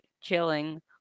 chilling